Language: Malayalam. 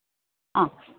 ആ